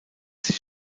sich